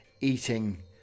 eating